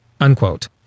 unquote